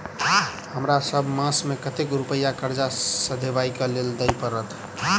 हमरा सब मास मे कतेक रुपया कर्जा सधाबई केँ लेल दइ पड़त?